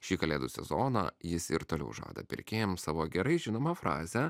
šį kalėdų sezoną jis ir toliau žada pirkėjams savo gerai žinomą frazę